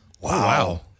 Wow